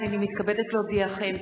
הנני מתכבדת להודיעכם,